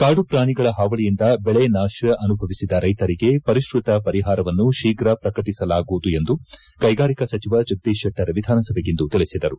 ಕಾಡು ಪ್ರಾಣಿಗಳ ಹಾವಳಿಯಿಂದ ಬೆಳೆ ನಾಕ ಅನುಭವಿಸಿದ ರೈತರಿಗೆ ಪರಿಷ್ಟಕ ಪರಿಹಾರವನ್ನು ಶೀಘ ಪ್ರಕಟಿಸಲಾಗುವುದು ಎಂದು ಕೈಗಾರಿಕಾ ಸಚಿವ ಜಗದೀಶ್ ಶೆಟ್ಟರ್ ವಿಧಾನಸಭೆಗಿಂದು ತಿಳಿಸಿದರು